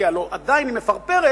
כי הלוא עדיין היא מפרפרת,